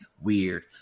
weird